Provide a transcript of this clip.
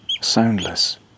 soundless